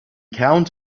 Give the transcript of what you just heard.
count